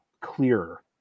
clearer